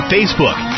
Facebook